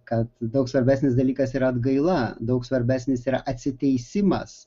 kad daug svarbesnis dalykas yra atgaila daug svarbesnis yra atsiteisimas